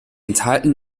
enthalten